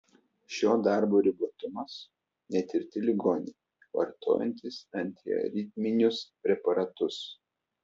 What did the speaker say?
šio darbo ribotumas netirti ligoniai vartojantys antiaritminius preparatus